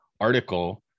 article